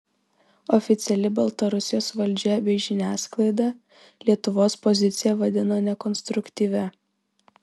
oficiali baltarusijos valdžia bei žiniasklaida lietuvos poziciją vadina nekonstruktyvia